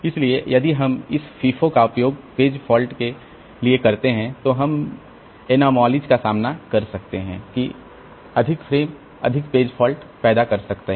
इसलिए यदि हम इस फीफो का उपयोग पेज फॉल्टके लिए करते हैं तो हम विसंगति अनामलीज़ का सामना कर सकते हैं कि अधिक फ्रेम अधिक पेज फॉल्ट पैदा कर सकते हैं